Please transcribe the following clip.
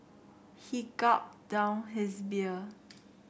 he gulped down his beer